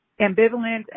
ambivalent